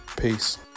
Peace